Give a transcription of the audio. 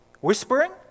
Whispering